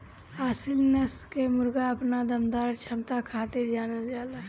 असील नस्ल के मुर्गा अपना दमदार क्षमता खातिर जानल जाला